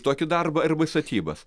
tokį darbą arba į statybas